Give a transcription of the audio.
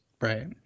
Right